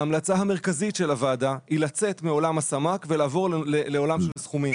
ההמלצה המרכזית של הוועדה היא לצאת מעולם הסמ"ק ולעבור לעולם של סכומים.